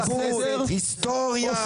היסטוריה,